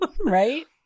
right